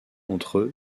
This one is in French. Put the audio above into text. entre